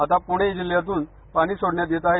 आता प्णे जिल्ह्यातून पाणी सोडण्यात येत आहे